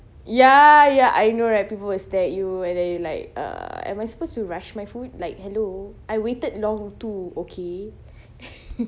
ya ya I know right people will stare at you and then you like uh am I supposed to rush my food like hello I waited long too okay